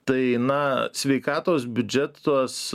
tai na sveikatos biudžetuos